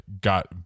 got